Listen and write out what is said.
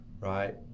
right